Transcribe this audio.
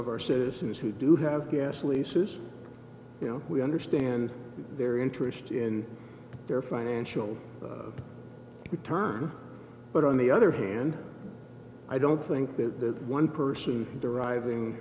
of our citizens who do have gas leases we understand their interest in their financials of return but on the other hand i don't think that there's one person deriving